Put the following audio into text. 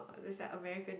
or it's like American